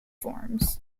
forms